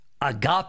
agape